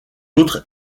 autres